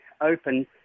open